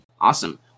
awesome